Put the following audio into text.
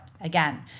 again